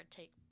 take